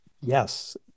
Yes